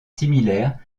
similaires